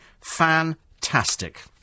fantastic